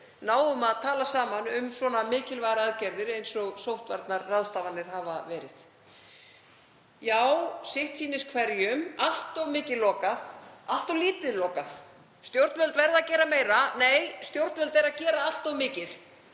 náum að tala saman um svona mikilvægar aðgerðir eins og sóttvarnaráðstafanir hafa verið. Já, sitt sýnist hverjum. Allt of mikið lokað. Allt of lítið lokað. Stjórnvöld verða að gera meira. Nei, stjórnvöld eru að gera allt of mikið.